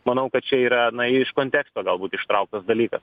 manau kad čia yra na iš konteksto galbūt ištrauktas dalykas